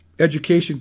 education